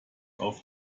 auf